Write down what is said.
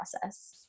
process